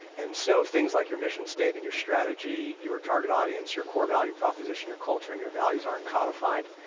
and so things like your mission statement, your strategy, your target audience, your core value proposition, your culture and your values aren't codified,